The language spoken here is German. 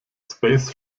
space